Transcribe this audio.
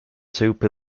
tupi